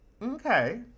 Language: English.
Okay